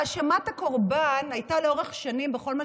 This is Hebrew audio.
האשמת הקורבן הייתה לאורך שנים בכל מה